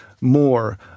more